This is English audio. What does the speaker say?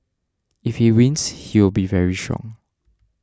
if he wins he will be very strong